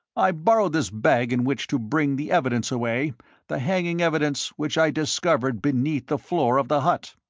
i borrowed this bag in which to bring the evidence away the hanging evidence which i discovered beneath the floor of the hut.